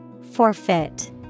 Forfeit